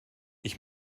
ich